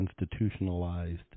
institutionalized